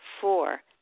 Four